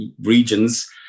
regions